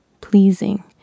pleasing